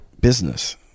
business